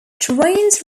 trains